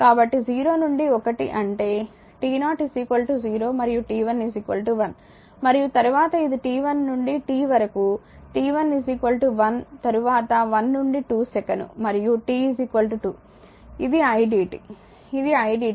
కాబట్టి 0 నుండి 1 అంటే t0 0 మరియు t1 1 మరియు తరువాత ఇది t1 నుండి t వరకు t1 1 తరువాత 1 నుండి 2 సెకను మరియు t 2 ఇది idt ఇది idt